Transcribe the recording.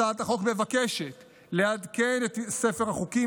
הצעת החוק מבקשת לעדכן את ספר החוקים